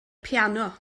piano